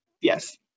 yes